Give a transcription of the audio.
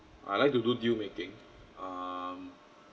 I like to do deal making um